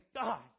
God